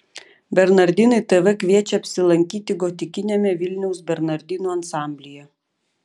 bernardinai tv kviečia apsilankyti gotikiniame vilniaus bernardinų ansamblyje